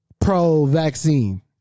pro-vaccine